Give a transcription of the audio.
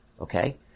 Okay